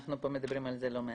אנחנו פה מדברים על זה לא מעט.